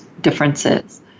differences